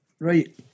Right